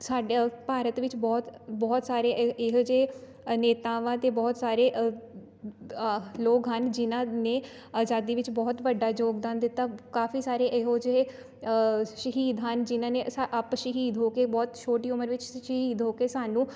ਸਾਡੇ ਆ ਭਾਰਤ ਵਿੱਚ ਬਹੁਤ ਬਹੁਤ ਸਾਰੇ ਇਹ ਇਹੋ ਜਿਹੇ ਨੇਤਾਵਾਂ ਅਤੇ ਬਹੁਤ ਸਾਰੇ ਲੋਕ ਹਨ ਜਿਨ੍ਹਾਂ ਨੇ ਆਜ਼ਾਦੀ ਵਿੱਚ ਬਹੁਤ ਵੱਡਾ ਯੋਗਦਾਨ ਦਿੱਤਾ ਕਾਫੀ ਸਾਰੇ ਇਹੋ ਜਿਹੇ ਸ਼ਹੀਦ ਹਨ ਜਿਨ੍ਹਾਂ ਨੇ ਸ ਆਪ ਸ਼ਹੀਦ ਹੋ ਕੇ ਬਹੁਤ ਛੋਟੀ ਉਮਰ ਵਿੱਚ ਸ਼ਹੀਦ ਹੋ ਕੇ ਸਾਨੂੰ